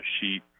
sheet